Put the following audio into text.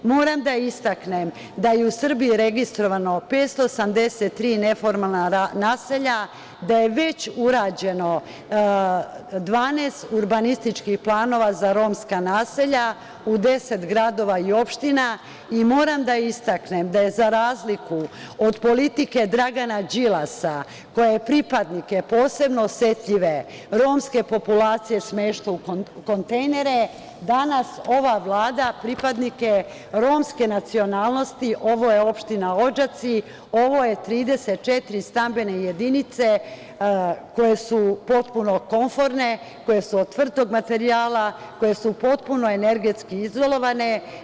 Moram da istaknem da su u Srbiji registrovana 583 neformalna naselja, da je već urađeno 12 urbanističkih planova za romska naselja u deset gradova i opština i moram da istaknem da je za razliku od političke Dragana Đilasa, koja je pripadnike posebno osetljive romske populacije smeštala u kontejnere, danas ova Vlada pripadnike romske nacionalnosti, ovo je opština Odžaci, ovo su 34 stambene jedinice koje su potpuno komforne, koje su od tvrdog materijala, koje su potpuno energetski izolovane.